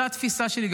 זאת התפיסה שלי.